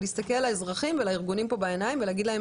להסתכל לאזרחים ולארגונים בעיניים ולהגיד להם